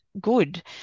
good